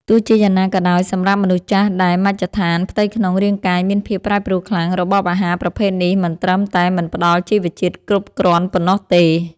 ទោះជាយ៉ាងណាក៏ដោយ សម្រាប់មនុស្សចាស់ដែលមជ្ឈដ្ឋានផ្ទៃក្នុងរាងកាយមានភាពប្រែប្រួលខ្លាំង របបអាហារប្រភេទនេះមិនត្រឹមតែមិនផ្តល់ជីវជាតិគ្រប់គ្រាន់ប៉ុណ្ណោះទេ។